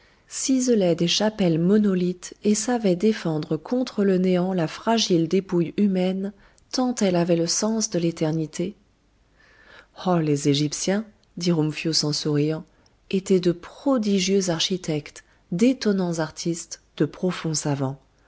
ciselait des chapelles monolithes et savait défendre contre le néant la fragile dépouille humaine tant elle avait le sens de l'éternité oh les égyptiens dit rumphius en souriant étaient de prodigieux architectes d'étonnants artistes de profonds savants